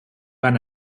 van